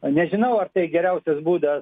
nežinau ar tai geriausias būdas